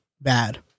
bad